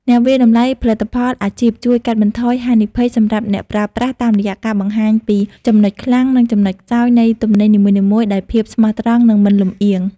អ្នកវាយតម្លៃផលិតផលអាជីពជួយកាត់បន្ថយហានិភ័យសម្រាប់អ្នកប្រើប្រាស់ តាមរយៈការបង្ហាញពីចំណុចខ្លាំង និងចំណុចខ្សោយនៃទំនិញនីមួយៗដោយភាពស្មោះត្រង់ និងមិនលម្អៀង។